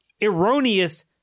erroneous